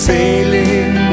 Sailing